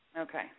Okay